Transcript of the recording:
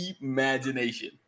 Imagination